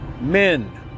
men